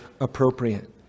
appropriate